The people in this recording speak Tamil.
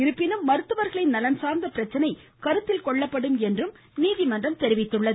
இருப்பினும் மருத்துவர்களின் நலன் சார்ந்த பிரச்சனை கருத்தில் கொள்ளப்படும் என்றும் நீதிமன்றம் தெரிவித்துள்ளது